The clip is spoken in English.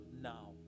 now